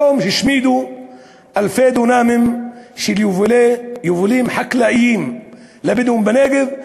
היום השמידו אלפי דונמים של יבולים חקלאיים לבדואים בנגב.